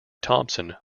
thompson